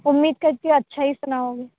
امید کرتی ہوں اچھا ہی سناؤ گے